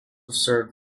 served